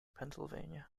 pennsylvania